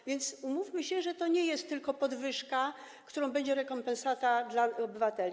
A więc umówmy się, że to nie jest tylko podwyżka, za którą będzie rekompensata dla obywateli.